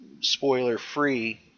spoiler-free